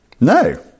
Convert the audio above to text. No